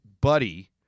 buddy